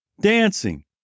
Dancing